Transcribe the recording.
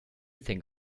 think